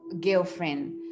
girlfriend